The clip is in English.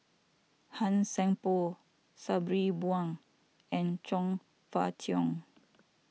Han Sai Por Sabri Buang and Chong Fah Cheong